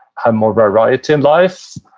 have more variety in life,